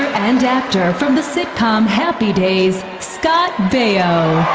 and actor from the sitcom happy days, scott bayo